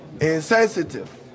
insensitive